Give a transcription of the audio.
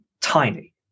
tiny